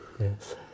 Yes